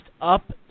up